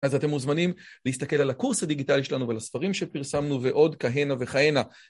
אז אתם מוזמנים להסתכל על הקורס הדיגיטלי שלנו ועל הספרים שפרסמנו ועוד כהנה וכהנה.